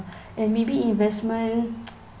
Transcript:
and maybe investment